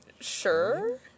Sure